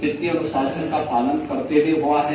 वित्तीय अनुशासन का पालन करते हुए हुआ है